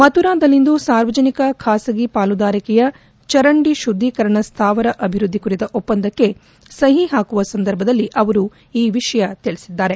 ಮಥುರಾದಲ್ಲಿಂದು ಸಾರ್ವಜನಿಕ ಖಾಸಗಿ ಪಾಲುದಾರಿಕೆಯ ಚರಂಡಿ ಶುದ್ದೀಕರಣ ಸ್ಥಾವರ ಅಭಿವೃದ್ದಿ ಕುರಿತ ಒಪ್ಪಂದಕ್ಕೆ ಸಹಿ ಹಾಕುವ ಸಂದರ್ಭದಲ್ಲಿ ಅವರು ತಿಳಿಸಿದ್ದಾರೆ